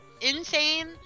insane